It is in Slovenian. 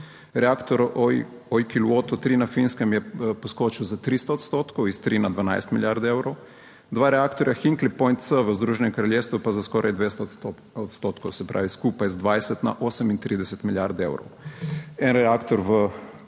Reaktor Olkiluoto 3 na Finskem je poskočil za 300 odstotkov, iz 3 na 12 milijard evrov, dva reaktorja Hinkley Point C v Združenem kraljestvu pa za skoraj 200 odstotkov, se pravi, skupaj z 20 na 38 milijard evrov.